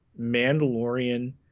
mandalorian